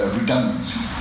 redundancy